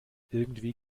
irgendwie